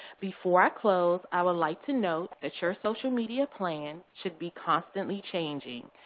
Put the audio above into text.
before i close, i would like to note that your social media plan should be constantly changing.